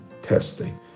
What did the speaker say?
testing